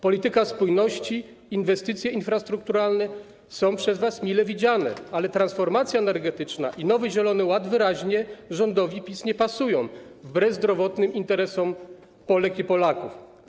Polityka spójności, inwestycje infrastrukturalne są przez was mile widziane, ale transformacja energetyczna i nowy zielony ład wyraźnie rządowi PiS nie pasują, wbrew zdrowotnym interesom Polek i Polaków.